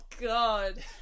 god